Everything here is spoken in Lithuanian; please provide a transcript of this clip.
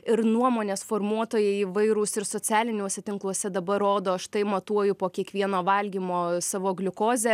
ir nuomonės formuotojai įvairūs ir socialiniuose tinkluose dabar rodo štai matuoju po kiekvieno valgymo savo gliukozę